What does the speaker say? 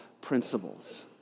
principles